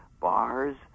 bars